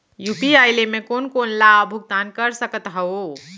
UPI ले मैं कोन कोन ला भुगतान कर सकत हओं?